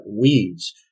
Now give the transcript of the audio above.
weeds